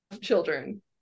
children